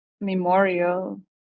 memorial